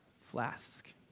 flask